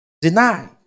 Deny